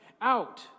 out